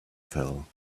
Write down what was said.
fell